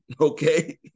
okay